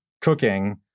cooking